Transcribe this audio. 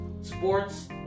sports